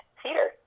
theater